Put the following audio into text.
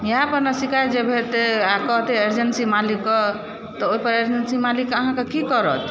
इएह पर ने शिकायत जे भरते आ कहते अर्जेंसी मालिकके तऽ ओहि पर अर्जेंसी मालिक अहाँके की करत